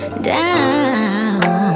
down